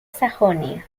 sajonia